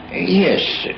yes.